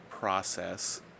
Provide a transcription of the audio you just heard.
Process